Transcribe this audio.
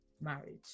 marriage